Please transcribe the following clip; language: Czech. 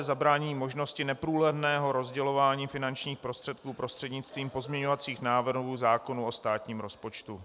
Zabránění možnosti neprůhledného rozdělování finančních prostředků prostřednictvím pozměňovacích návrhů k zákonu o státním rozpočtu.